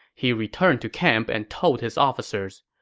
he returned to camp and told his officers,